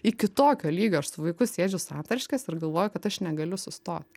iki tokio lygio aš su vaiku sėdžiu santariškese ir galvoju kad aš negaliu sustot